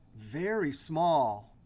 very small.